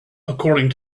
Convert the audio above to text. according